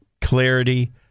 Clarity